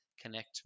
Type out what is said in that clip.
connect